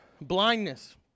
blindness